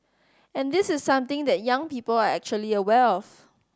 and this is something that young people are acutely aware of